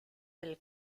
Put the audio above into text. del